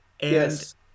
Yes